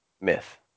myth